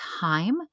time